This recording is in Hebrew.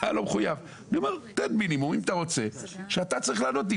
אני אומר, תן מינימום שאתה צריך לענות לי.